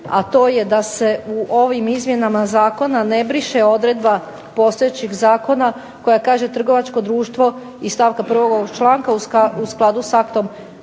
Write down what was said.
to je da se u ovim izmjenama zakona ne briše odredba postojećih zakona koja kaže "Trgovačko društvo iz stavka 1. ovog članka u skladu s aktom